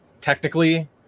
technically